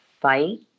fight